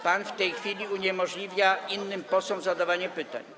Pan w tej chwili uniemożliwia innym posłom zadawanie pytań.